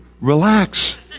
Relax